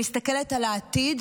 שמסתכלת על העתיד